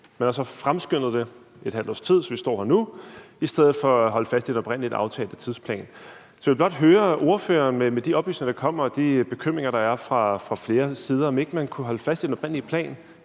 Man har så fremskyndet det et halvt års tid, så vi står her nu, i stedet for at holde fast i den oprindelig aftalte tidsplan. Så jeg vil blot høre ordføreren, om ikke man med de oplysninger, der kommer, og de bekymringer, der er fra flere sider, kunne holde fast i den oprindelige plan